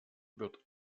wird